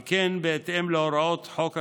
על כן, בהתאם להוראות חוק הכניסה,